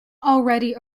already